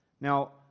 Now